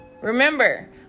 Remember